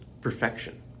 perfection